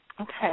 Okay